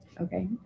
Okay